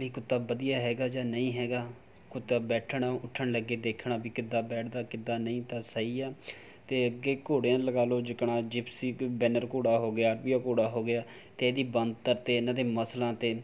ਵੀ ਕੁੱਤਾ ਵਧੀਆ ਹੈਗਾ ਜਾਂ ਨਹੀਂ ਹੈਗਾ ਕੁੱਤਾ ਬੈਠਣ ਉੱਠਣ ਲੱਗੇ ਦੇਖਣਾ ਵੀ ਕਿੱਦਾਂ ਬੈਠਦਾ ਕਿੱਦਾਂ ਨਹੀਂ ਤਾਂ ਸਹੀ ਹੈ ਅਤੇ ਅੱਗੇ ਘੋੜਿਆਂ ਲਗਾ ਲਉ ਜਿੱਕਣਾਂ ਜਿਪਸੀ ਕ ਬੈਨਰ ਘੋੜਾ ਹੋ ਗਿਆ ਅਰਬੀਆ ਘੋੜਾ ਹੋ ਗਿਆ ਅਤੇ ਇਹਦੀ ਬਣਤਰ ਅਤੇ ਇਨ੍ਹਾਂ ਦੇ ਮਸਲਾਂ ਅਤੇ